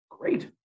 Great